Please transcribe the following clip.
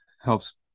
helps